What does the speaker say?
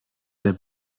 der